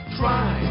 try